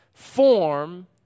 form